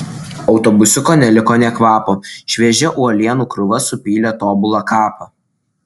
autobusiuko neliko nė kvapo šviežia uolienų krūva supylė tobulą kapą